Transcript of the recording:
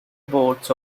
boats